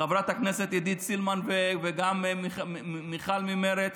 חברת הכנסת עידית סילמן וגם מיכל ממרצ,